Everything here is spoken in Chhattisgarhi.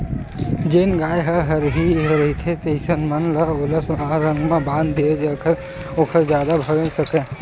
जेन गाय ह हरही रहिथे अइसन म ओला लांहगर बांध दय जेखर ले ओहा जादा भागे नइ सकय